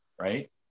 Right